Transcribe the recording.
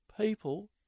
people